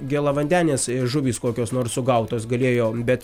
gėlavandenės žuvys kokios nors sugautos galėjo bet